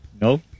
No